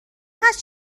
هست